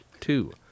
Two